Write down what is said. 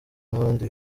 nk’abandi